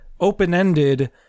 open-ended